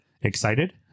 Excited